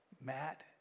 Matt